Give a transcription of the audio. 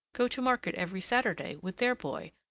go to market every saturday, with their boy,